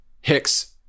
Hicks